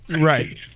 Right